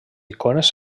icones